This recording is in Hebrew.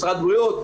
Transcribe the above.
משרד הבריאות,